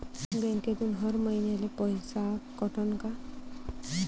बँकेतून हर महिन्याले पैसा कटन का?